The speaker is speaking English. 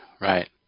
right